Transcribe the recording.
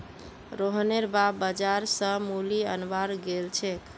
रोहनेर बाप बाजार स मूली अनवार गेल छेक